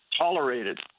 tolerated